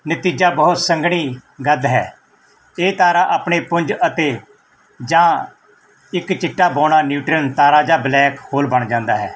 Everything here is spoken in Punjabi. ਨਤੀਜਾ ਬਹੁਤ ਸੰਘਣੀ ਗਦ ਹੈ ਇਹ ਤਾਰਾ ਆਪਣੇ ਪੁੰਜ ਅਤੇ ਜਾਂ ਇੱਕ ਚਿੱਟਾ ਬੌਣਾ ਨਿਊਟ੍ਰਨ ਤਾਰਾ ਜਾਂ ਬਲੈਕ ਹੋਲ ਬਣ ਜਾਂਦਾ ਹੈ